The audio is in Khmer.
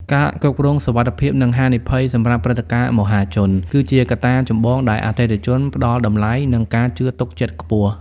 ការគ្រប់គ្រងសុវត្ថិភាព និងហានិភ័យសម្រាប់ព្រឹត្តិការណ៍មហាជន គឺជាកត្តាចម្បងដែលអតិថិជនផ្តល់តម្លៃ និងការជឿទុកចិត្តខ្ពស់។